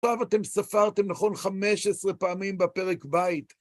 עכשיו אתם ספרתם, נכון, 15 פעמים בפרק בית.